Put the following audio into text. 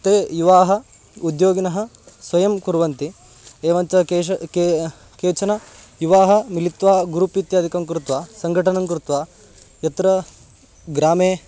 ते युवानः उद्योगिनः स्वयं कुर्वन्ति एवञ्च केश के केचन युवानः मिलित्वा ग्रुप् इत्यादिकं कृत्वा सङ्घटनं कृत्वा यत्र ग्रामे